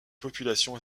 population